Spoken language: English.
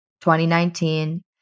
2019